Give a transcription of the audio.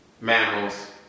mammals